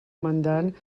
mandant